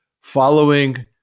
following